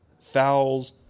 fouls